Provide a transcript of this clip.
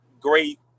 great